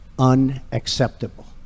unacceptable